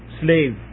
slave